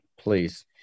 please